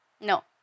No